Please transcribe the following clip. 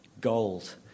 gold